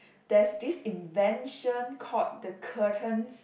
there's this invention called the curtains